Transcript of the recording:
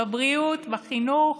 בבריאות, בחינוך,